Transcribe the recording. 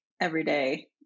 everyday